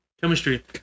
chemistry